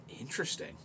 Interesting